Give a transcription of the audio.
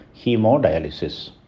hemodialysis